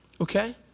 okay